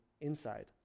inside